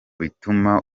bituma